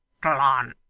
tle on